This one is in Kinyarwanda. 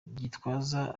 gitwaza